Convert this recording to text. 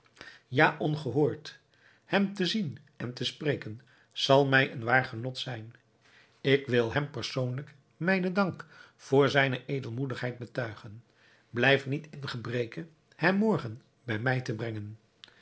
ja ongehoord hem te zien en te spreken zal mij een waar genot zijn ik wil hem persoonlijk mijnen dank voor zijne edelmoedigheid betuigen blijf niet in gebreke hem morgen bij mij te brengen